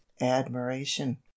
admiration